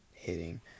hitting